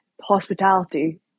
hospitality